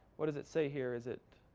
what does it say here? is it